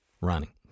running